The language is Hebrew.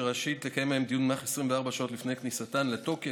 שרשאית לקיים בהן דיון במהלך 24 שעות לפני כניסתן לתוקף.